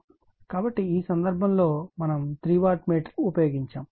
కాబట్టి ఈ సందర్భంలో మనము 3 వాట్ మీటర్ ఉపయోగించాము